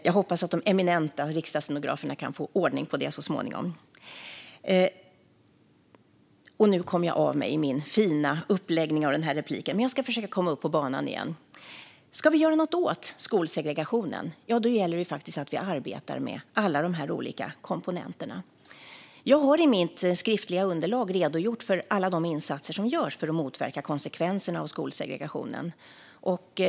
Jag har i mitt interpellationssvar redogjort för alla de insatser som görs för att motverka konsekvenserna av skolsegregationen.